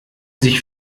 sich